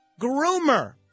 groomer